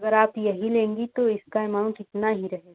अगर आप यही लेंगी तो इसका एमाउंट इतना ही रहेगा